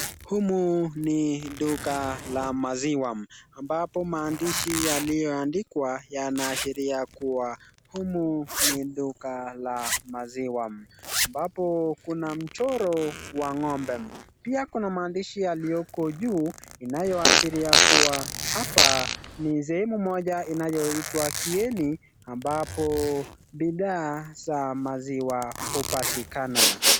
Humi ni dula la maziwa ambapo maandishi yaliyoandikwa yanaashiria kuwa humu ni duka la maziwa, ambapo kuna mchoro wa ngombe, pia kuna maandishi yaliyoko juu ambayo inayoashiria kuwa hapa ni sehemu moja unayoitwa Kieni ambapo bidhaa za maziwa hupatikana.